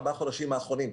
ארבעה חודשים אחרונים.